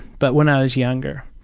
but when i was younger.